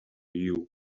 you